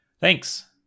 Thanks